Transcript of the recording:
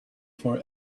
for